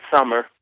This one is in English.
summer